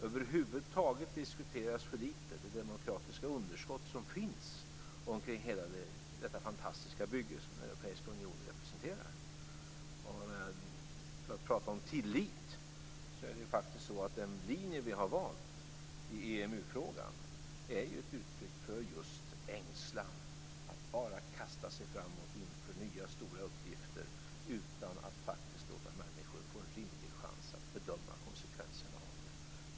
Över huvud taget diskuterar man för litet det demokratiska underskott som finns i hela det fantastiska bygge som Europeiska unionen representerar. På tal om tillit är det faktiskt så att den linje som vi har valt i EMU-frågan just är ett uttryck för ängslan. Man skall inte bara kasta sig framåt inför nya stora uppgifter utan att låta människor få en rimlig chans att bedöma konsekvenserna av det.